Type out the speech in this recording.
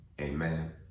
amen